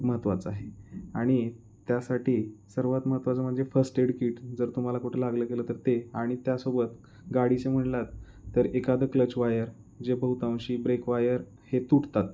महत्त्वाचं आहे आणि त्यासाठी सर्वात महत्त्वाचं म्हणजे फर्स्ट एड कीट जर तुम्हाला कुठं लागलं गेलं तर ते आणि त्यासोबत गाडीचे म्हणालात तर एखादं क्लच वायर जे बहुतांशी ब्रेक वायर हे तुटतात